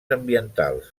ambientals